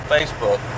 Facebook